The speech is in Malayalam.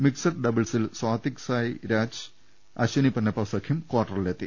മിക്സഡ് ഡബിൾസിൽ സാത്വിക് സായ് രാജ് അശ്വനി പൊന്നപ്പ സഖ്യം കാർട്ടറിലെത്തി